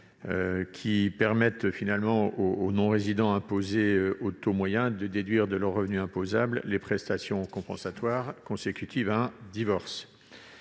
qui visent à permettre aux non-résidents imposés au taux moyen de déduire de leur revenu imposable les prestations compensatoires consécutives à un divorce.